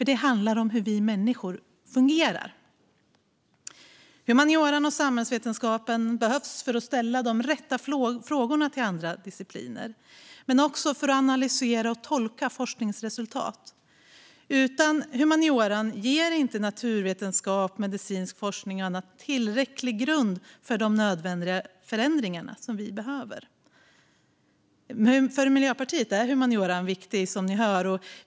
Det handlar om hur vi människor fungerar. Humanioran och samhällsvetenskapen behövs för att ställa de rätta frågorna till andra discipliner men också för att analysera och tolka forskningsresultat. Utan humaniora ger inte naturvetenskap, medicinsk forskning och annat tillräcklig grund för de nödvändiga förändringar som vi behöver. Som ni hör är humanioran viktig för Miljöpartiet.